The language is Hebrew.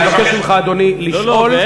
אני מבקש ממך, אדוני, לשאול שאלה.